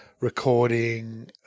recording